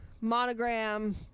Monogram